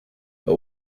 but